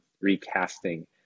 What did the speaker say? recasting